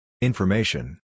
Information